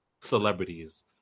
celebrities